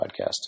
podcast